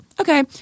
okay